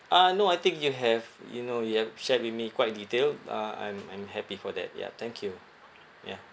uh no I think you have you know you have shared with me quite detailed uh I'm I'm happy for that ya thank you ya